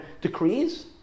decrees